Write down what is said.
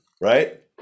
right